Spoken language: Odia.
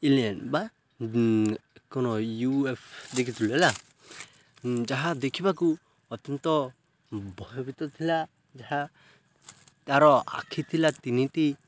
ଏଲିଅନ୍ ବା କ ୟୁ ଏ ଏଫ୍ ଦେଖିଥିଲୁ ହେଲା ଯାହା ଦେଖିବାକୁ ଅତ୍ୟନ୍ତ ଭୟବିତ ଥିଲା ଯାହା ତାର ଆଖି ଥିଲା ତିନିଟି